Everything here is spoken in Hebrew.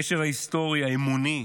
הקשר ההיסטורי האמוני